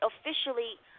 officially